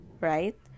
right